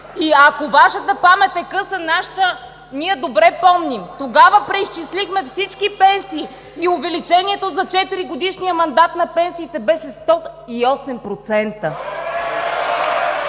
И ако Вашата памет е къса, нашата… Ние добре помним – тогава преизчислихме всички пенсии и увеличението за 4 годишния мандат на пенсиите беше 108%!